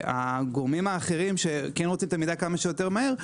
הגורמים האחרים שכן רוצים את המידע כמה שיותר מהר,